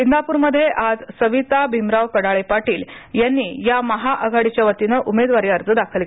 इंदापूर मध्ये सविता भिमराव कडाळे पाटील यांनी या महाआघाडीच्या वतीने उमेदवारी अर्ज दाखल केला